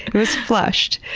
it was flushed,